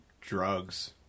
drugs